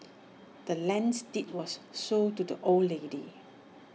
the land's deed was sold to the old lady